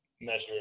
measure